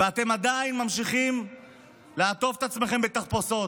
ואתם עדיין ממשיכים לעטוף את עצמכם בתחפושות.